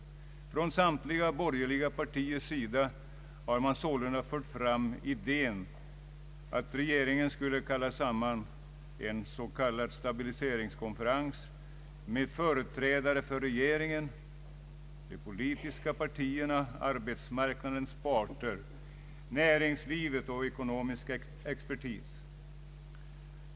Från samtliga borgerliga partiers sida har man sålunda fört fram idén att regeringen skulle sammankalla en s.k. stabiliseringskonferens med företrädare för regeringen, de politiska partierna, arbetsmarknadens parter, näringslivet och ekonomisk expertis.